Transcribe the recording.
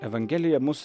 evangelija mus